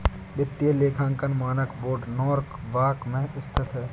वित्तीय लेखांकन मानक बोर्ड नॉरवॉक में स्थित है